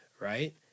Right